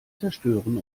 zerstören